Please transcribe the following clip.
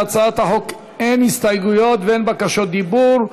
להצעת החוק אין הסתייגויות ואין בקשות דיבור.